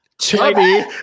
Chubby